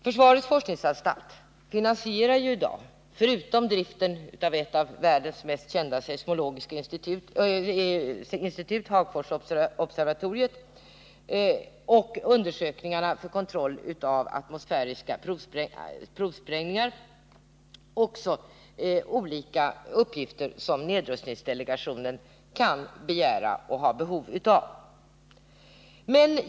Försvarets forskningsanstalt finansierar i dag — förutom driften av ett av världens mest kända seismologiska observatorier, Hagforsobservatoriet, och undersökningarna för kontroll av atmosfäriska provsprängningar — olika uppgifter som nedrustningsdelegationen kan begära och ha behov av.